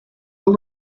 and